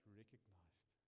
recognized